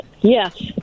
Yes